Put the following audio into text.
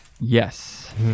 Yes